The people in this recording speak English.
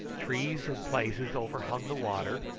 trees in places overhung the water,